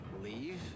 Leave